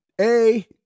A-